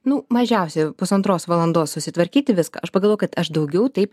nu mažiausia pusantros valandos susitvarkyti viską aš pagalvojau kad aš daugiau taip